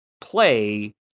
play